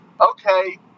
okay